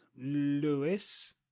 lewis